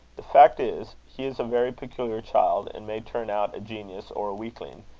the fact is, he is a very peculiar child, and may turn out a genius or a weakling,